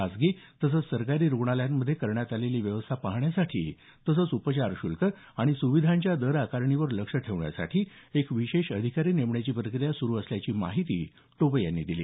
खासगी तसंच सरकारी रुग्णालयांमध्ये करण्यात आलेली व्यवस्था पाहण्यासाठी तसेच उपचार शुल्क आणि सुविधांच्या दर आकारणीवर लक्ष ठेवण्यासाठी एक विशेष अधिकारी नेमण्याची प्रक्रिया सुरू असल्याची माहिती टोपे यांनी दिली